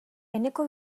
eneko